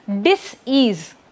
dis-ease